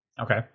Okay